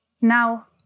Now